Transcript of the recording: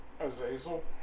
Azazel